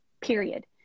period